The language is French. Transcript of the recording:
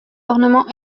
ornements